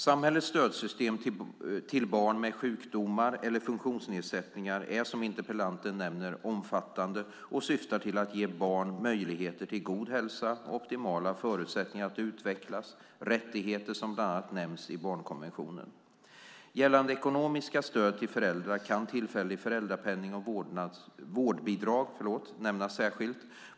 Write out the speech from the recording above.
Samhällets stödsystem till barn med sjukdomar eller funktionsnedsättningar är som interpellanten nämner omfattande och syftar till att ge barn möjligheter till god hälsa och optimala förutsättningar att utvecklas - rättigheter som bland annat nämns i barnkonventionen. Gällande ekonomiska stöd till föräldrar kan tillfällig föräldrapenning och vårdbidrag nämnas särskilt.